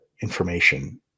information